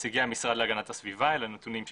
נציגי המשרד להגנת הסביבה, אלה הנתונים שלהם,